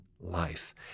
life